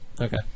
okay